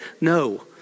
No